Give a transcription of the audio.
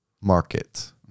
market